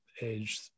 age